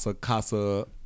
Casa